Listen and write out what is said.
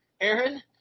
Aaron